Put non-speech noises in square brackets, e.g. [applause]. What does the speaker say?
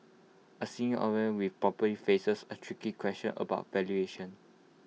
A [unintelligible] with property faces A tricky question about valuation